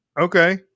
Okay